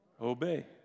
obey